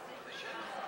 שם החוק, כהצעת הוועדה,